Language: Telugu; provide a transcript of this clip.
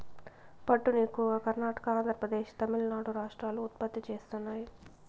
పట్టును ఎక్కువగా కర్ణాటక, ఆంద్రప్రదేశ్, తమిళనాడు రాష్ట్రాలు ఉత్పత్తి చేస్తున్నాయి